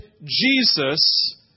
Jesus